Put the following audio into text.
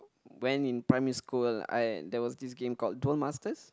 when in primary school I there was this game called Duel-Masters